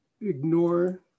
ignore